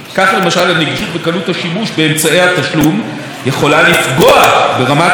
הנגישות וקלות השימוש באמצעי התשלום יכולות לפגוע ברמת האבטחה,